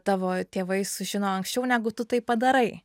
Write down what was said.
tavo tėvai sužino anksčiau negu tu tai padarai